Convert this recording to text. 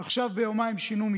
היא תהיה שנת שינוי